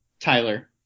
tyler